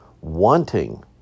wanting